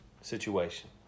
situation